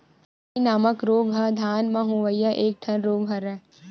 लाई नामक रोग ह धान म होवइया एक ठन रोग हरय